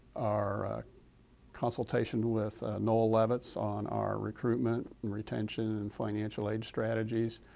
our consultation with noel levitz on our recruitment and retention and finanical aid strategies,